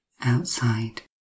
outside